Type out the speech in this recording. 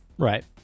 right